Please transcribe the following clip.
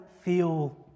feel